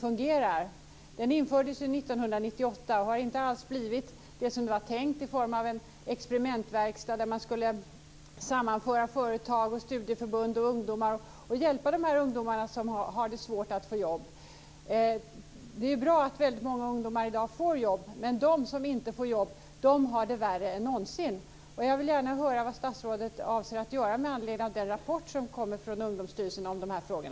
Ungdomsgarantin infördes 1998, och den har inte alls fungerat som det var tänkt i form av en experimentverkstad där man skulle sammanföra företag, studieförbund och ungdomar för att hjälpa de ungdomar som har svårt att få jobb. Det är bra att väldigt många ungdomar i dag får jobb, men de som inte får det har det värre än någonsin. Jag vill gärna höra vad statsrådet avser att göra med anledning av den rapport om dessa frågor som kommer från Ungdomsstyrelsen.